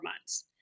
months